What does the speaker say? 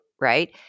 right